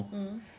mm